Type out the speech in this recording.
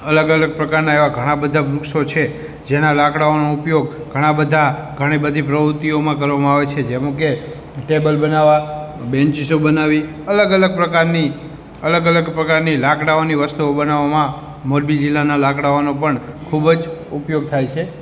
અલગ અલગ પ્રકારના એવા ઘણા બધાં વૃક્ષો છે જેના લાકડાઓનો ઉપયોગ ઘણા બધાં ઘણી બધી પ્રવૃત્તિઓમાં કરવામાં આવે છે જેમાં કે ટેબલ બનાવવામાં બેન્ચીસો બનાવવી અલગ અલગ પ્રકારની અલગ અલગ પ્રકારની લાકડાઓની વસ્તુ બનાવવામાં મોરબી જિલ્લાના લાકડાઓને પણ ખૂબ જ ઉપયોગ થાય છે